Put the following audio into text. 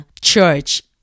church